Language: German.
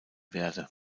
werde